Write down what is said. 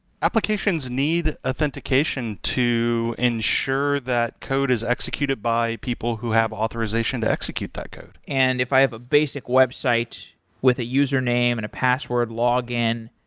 applications need authentication to ensure that code is executed by people who have authorization to execute that code and if i have a basic website with a username and a password login,